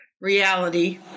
reality